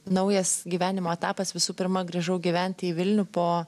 naujas gyvenimo etapas visų pirma grįžau gyventi į vilnių po